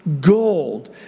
Gold